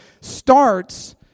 starts